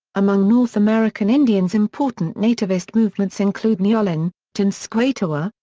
among north american indians important nativist movements include neolin, tenskwatawa,